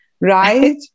right